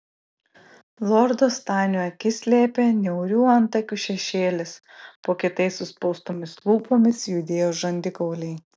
lordo stanio akis slėpė niaurių antakių šešėlis po kietai suspaustomis lūpomis judėjo žandikauliai